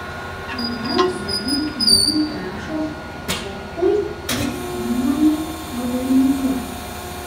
daugiausiai jų pinigų prašo cechui ar įmonei modernizuoti